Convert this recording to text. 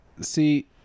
see